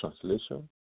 Translation